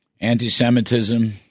Anti-Semitism